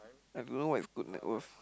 I don't know what is good net worth